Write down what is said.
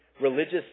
religious